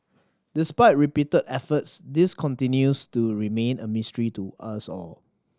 despite repeated efforts this continues to remain a mystery to us all